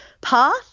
path